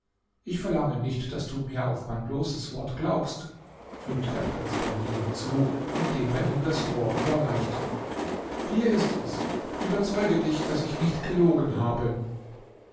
ich verlange nicht daß du mir auf mein bloßes wort glaubst fügte der prinz ali hinzu indem er ihm das rohr überreichte hier ist es überzeuge dich daß ich nicht gelogen habe